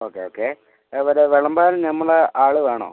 okay okay മറ്റേ വിളമ്പാൻ ഞമ്മളെ ആൾ വേണോ